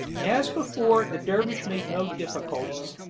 as before, the dervish made no difficulties,